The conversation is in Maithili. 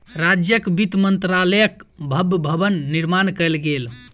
राज्यक वित्त मंत्रालयक भव्य भवन निर्माण कयल गेल